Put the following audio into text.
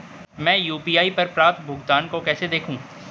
मैं यू.पी.आई पर प्राप्त भुगतान को कैसे देखूं?